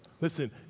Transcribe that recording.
Listen